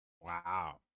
Wow